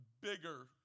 bigger